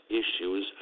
issues